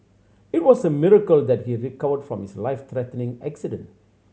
it was a miracle that he recovered from his life threatening accident